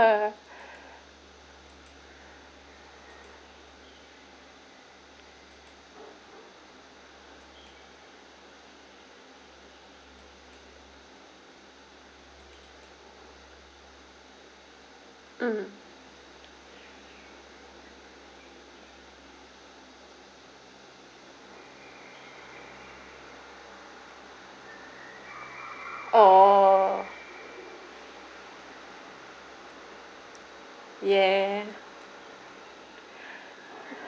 mm orh ya